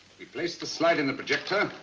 we place the slide in the projector